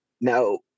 now